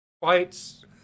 fights